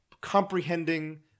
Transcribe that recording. comprehending